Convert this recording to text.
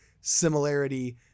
similarity